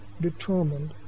determined